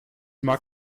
mag